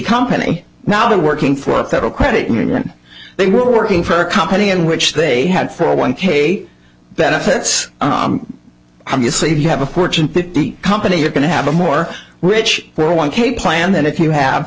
company now they're working for a federal credit union they were working for a company in which they had four one k benefits obviously if you have a fortune fifty company you're going to have a more rich well one k plan then if you have